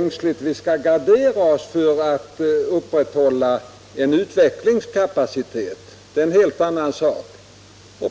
noga vi skall gardera oss så att vi kan upprätthålla en utvecklingskapacitet, men det är en helt annan sak.